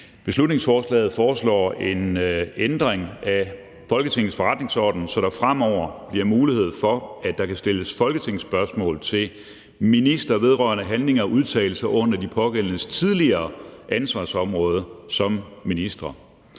Beslutningsforslaget foreslår en ændring af Folketingets forretningsorden, så der fremover bliver mulighed for, at der kan stilles folketingsspørgsmål til ministre vedrørende handlinger og udtalelser under de pågældendes tidligere ansvarsområder som ministre.